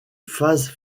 phase